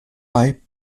bei